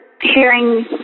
hearing